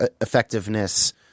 effectiveness